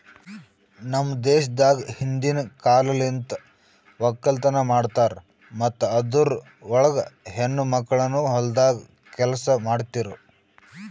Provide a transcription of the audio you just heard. ನಮ್ ದೇಶದಾಗ್ ಹಿಂದಿನ್ ಕಾಲಲಿಂತ್ ಒಕ್ಕಲತನ ಮಾಡ್ತಾರ್ ಮತ್ತ ಅದುರ್ ಒಳಗ ಹೆಣ್ಣ ಮಕ್ಕಳನು ಹೊಲ್ದಾಗ್ ಕೆಲಸ ಮಾಡ್ತಿರೂ